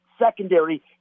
Secondary